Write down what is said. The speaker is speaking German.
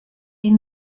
die